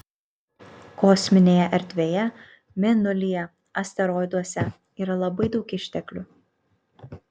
kosminėje erdvėje mėnulyje asteroiduose yra labai daug išteklių